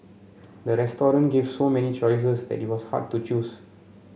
the restaurant gave so many choices that it was hard to choose